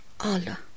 Allah